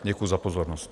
Děkuji za pozornost.